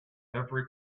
every